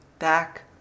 back